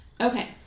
Okay